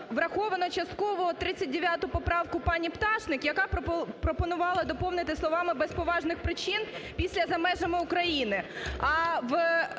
враховано частково 39 поправку пані Пташник, яка пропонувала доповнити словами: "без поважних причин" після "за межами України".